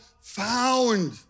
found